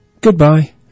goodbye